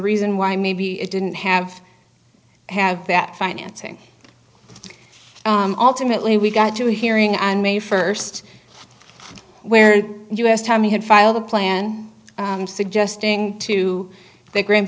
reason why maybe it didn't have have that financing ultimately we got to hearing on may first where us time he had filed a plan suggesting to the grand